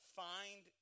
find